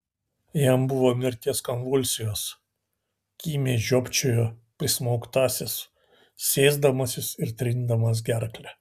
jam buvo mirties konvulsijos kimiai žiopčiojo prismaugtasis sėsdamasis ir trindamas gerklę